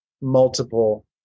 multiple